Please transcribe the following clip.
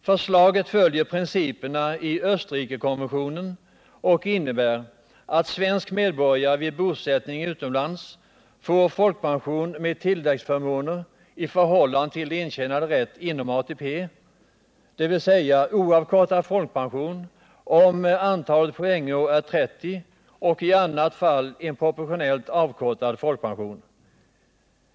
Förslaget följer principerna i Österrikekonventionen och innebär att svensk medborgare vid bosättning utomlands får folkpension med tilläggsförmåner i förhållande till intjänad rätt inom ATP, dvs. oavkortad folkpension om antalet poängår är 30 och i annat fall en proportionellt avkortad folkpension.